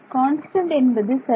constant என்பது சரி